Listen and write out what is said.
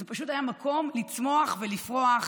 זה פשוט היה מקום לצמוח ולפרוח,